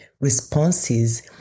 responses